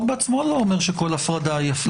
בעצמו לא אומר שכל הפרדה היא אפליה.